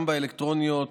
גם באלקטרוניות,